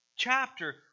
chapter